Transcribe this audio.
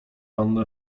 pan